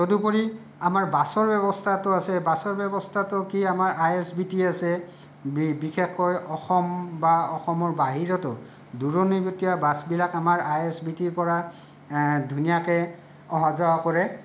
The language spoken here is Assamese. তদুপৰি আমাৰ বাছৰ ব্যৱস্থাটো আছে বাছৰ ব্যৱস্থাটো কি আমাৰ আই এছ বি তি আছে বিশষকৈ অসম বা অসমৰ বাহিৰতো দূৰণীবতীয়া বাছবিলাক আমাৰ আই এছ বি তিৰ পৰা ধুনীয়াকে অহা যোৱা কৰে